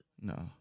No